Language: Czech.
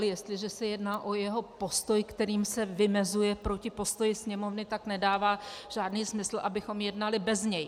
Jestliže se jedná o jeho postoj, kterým se vymezuje proti postoji Sněmovny, tak nedává žádný smysl, abychom jednali bez něj.